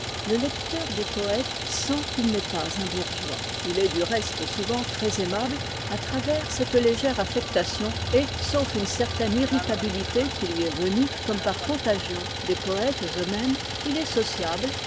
le lecteur des poètes sent qu'il n'est pas un bourgeois il est du reste souvent très aimable à travers cette légère affectation et sauf une certaine irritabilité qui lui est venue comme par contagion des poètes eux-mêmes il est sociable